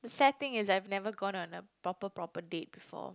sad thing is I've never gone on a proper proper date before